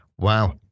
wow